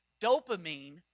dopamine